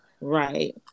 right